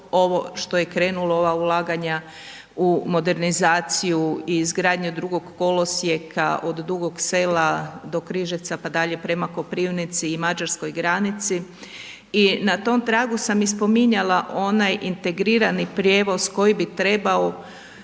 što je krenulo ova ulaganja u modernizaciju i izgradnje drugog kolosijeka od Dugog Sela do Križevca pa dalje prema Koprivnici i Mađarskoj granici i na tom tragu sam spominjala onaj integrirani prijevoz koji bi trebao